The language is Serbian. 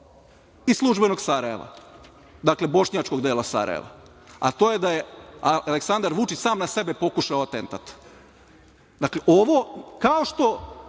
i službenog Sarajeva, dakle bošnjačkog dela Sarajeva, a to je da je Aleksandar Vučić sam na sebe pokušao atentat. Dakle, ovo, evo,